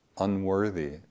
unworthy